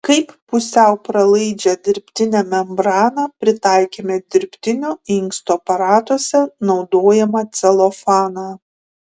kaip pusiau pralaidžią dirbtinę membraną pritaikėme dirbtinio inksto aparatuose naudojamą celofaną